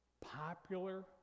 popular